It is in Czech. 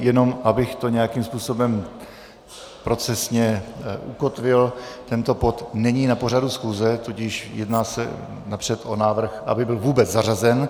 Jenom abych to nějakým způsobem procesně ukotvil, tento bod není na pořadu schůze, tudíž jedná se napřed o návrh, aby byl vůbec zařazen.